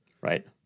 Right